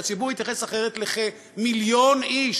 שהציבור יתייחס אחרת לכמיליון איש,